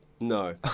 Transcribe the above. no